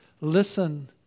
Listen